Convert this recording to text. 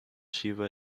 shiva